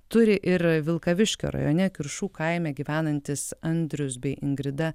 turi ir vilkaviškio rajone kiršų kaime gyvenantys andrius bei ingrida